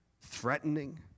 threatening